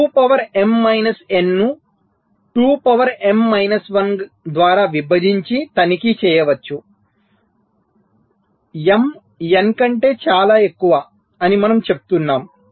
మీరు 2 power m minus n ను 2 power m minus 1 ద్వారా విభజించి తనిఖీ చేయవచ్చు m n కంటే చాలా ఎక్కువ అని మనము చెప్తున్నాము